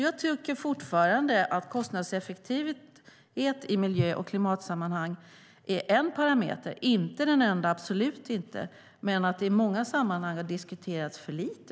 Jag tycker fortfarande att kostnadseffektivitet i miljö och klimatsammanhang är en parameter, inte den enda, absolut inte, men att detta i många sammanhang har diskuterats för lite.